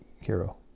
hero